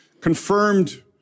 confirmed